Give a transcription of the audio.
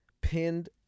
pinned